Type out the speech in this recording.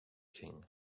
king